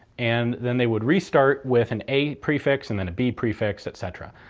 and then they would restart with an a prefix, and then a b prefix, etc.